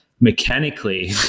mechanically